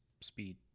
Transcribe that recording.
speed